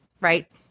right